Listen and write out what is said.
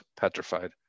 petrified